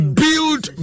build